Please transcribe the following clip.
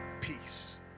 peace